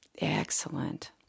Excellent